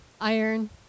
iron